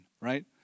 right